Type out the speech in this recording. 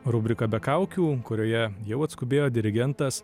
rubrika be kaukių kurioje jau atskubėjo dirigentas